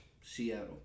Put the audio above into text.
Seattle